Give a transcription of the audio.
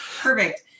Perfect